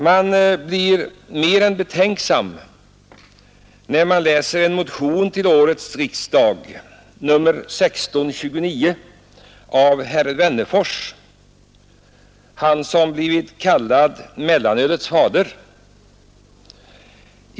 Man blir mer än betänksam, när man läser en motion till årets riksdag, nr 1629 av herr Wennerfors, han som blivit kallad ”mellanölets fader”.